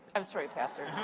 i'm sorry, pastor.